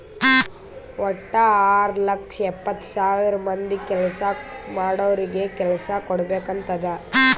ವಟ್ಟ ಆರ್ ಲಕ್ಷದ ಎಪ್ಪತ್ತ್ ಸಾವಿರ ಮಂದಿ ಕೆಲ್ಸಾ ಮಾಡೋರಿಗ ಕೆಲ್ಸಾ ಕುಡ್ಬೇಕ್ ಅಂತ್ ಅದಾ